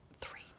three